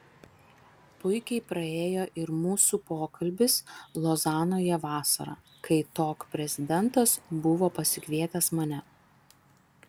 puikiai praėjo ir mūsų pokalbis lozanoje vasarą kai tok prezidentas buvo pasikvietęs mane